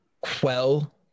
quell